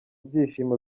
byishimo